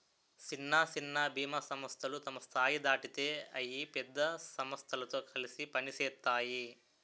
సిన్న సిన్న బీమా సంస్థలు తమ స్థాయి దాటితే అయి పెద్ద సమస్థలతో కలిసి పనిసేత్తాయి